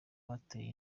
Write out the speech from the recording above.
bateye